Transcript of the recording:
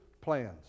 plans